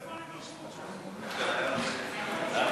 אדוני היושב-ראש, תודה,